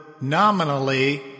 nominally